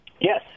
Yes